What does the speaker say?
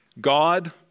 God